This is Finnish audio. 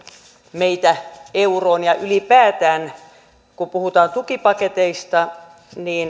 meitä euroon ja ylipäätään kun puhutaan tukipaketeista